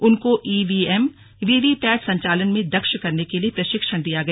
उनको EVM VVPAT संचालन में दक्ष करने के लिए प्रशिक्षण दिया गया